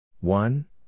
One